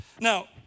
Now